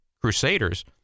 crusaders